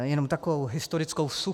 Jenom takovou historickou vsuvku.